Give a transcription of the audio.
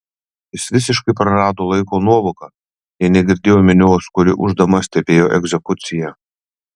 jis visiškai prarado laiko nuovoką nė negirdėjo minios kuri ūždama stebėjo egzekuciją